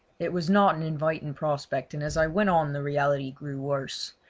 it was not an inviting prospect, and as i went on the reality grew worse.